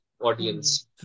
audience